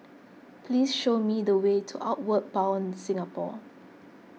please show me the way to Outward Bound Singapore